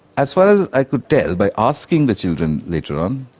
as far as i could tell by asking the children later on,